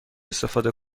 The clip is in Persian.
استفاده